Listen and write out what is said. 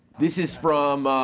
this is from